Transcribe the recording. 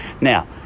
Now